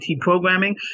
programming